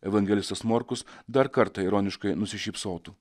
evangelistas morkus dar kartą ironiškai nusišypsotų